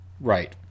Right